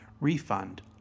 refund